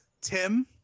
tim